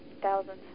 Thousands